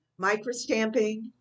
microstamping